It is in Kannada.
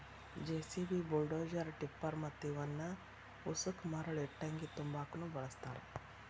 ಜೆಸಿಬಿ, ಬುಲ್ಡೋಜರ, ಟಿಪ್ಪರ ಮತ್ತ ಇವನ್ ಉಸಕ ಮರಳ ಇಟ್ಟಂಗಿ ತುಂಬಾಕುನು ಬಳಸ್ತಾರ